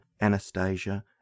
Anastasia